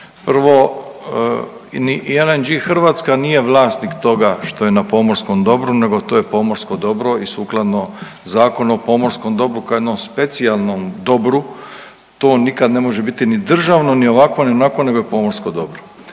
Prvo i LNG Hrvatska nije vlasnik toga što je na pomorskom dobru nego to je pomorsko dobro i sukladno Zakonu o pomorskom dobru kao jednom specijalnom dobru to nikad ne može biti ni državno, ni ovakvo, ni onakvo nego pomorsko dobro